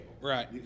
Right